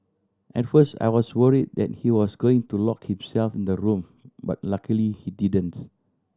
at first I was worry that he was going to lock himself in the room but luckily he didn't